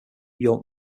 york